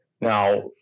now